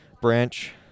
branch